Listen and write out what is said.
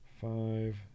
five